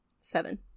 Seven